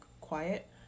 quiet